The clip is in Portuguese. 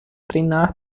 treinar